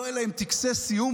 לא יהיו להם טקסי סיום,